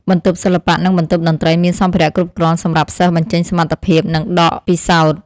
បន្ទប់សិល្បៈនិងបន្ទប់តន្ត្រីមានសម្ភារៈគ្រប់គ្រាន់សម្រាប់សិស្សបញ្ចេញសមត្ថភាពនិងដកពិសោធន៍។